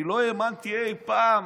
אני לא האמנתי אי פעם